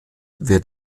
wird